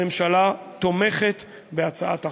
הממשלה תומכת בהצעת החוק.